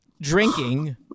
drinking